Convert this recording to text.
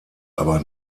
aber